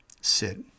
sit